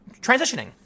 transitioning